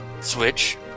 Switch